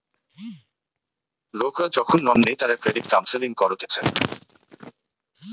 লোকরা যখন লোন নেই তারা ক্রেডিট কাউন্সেলিং করতিছে